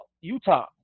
utah